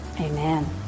amen